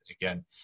again